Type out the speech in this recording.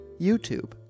YouTube